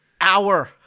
hour